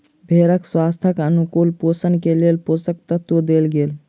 भेड़क स्वास्थ्यक अनुकूल पोषण के लेल पोषक तत्व देल गेल